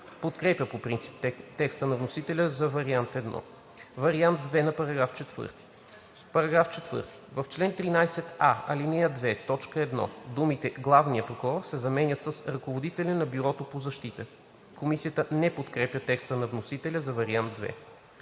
подкрепя по принцип текста на вносителя за вариант I. Вариант II: „§ 4. В чл. 13а, ал. 2, т. 1 думите „главния прокурор“ се заменят с „ръководителя на Бюрото по защита“.“ Комисията не подкрепя текста на вносителя за вариант II.